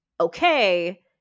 okay